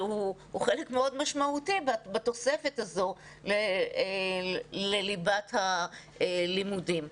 שהוא חלק מאוד משמעותי בתוספת הזו לליבת הלימודים,